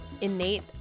innate